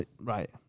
right